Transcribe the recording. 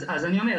אז אני אומר,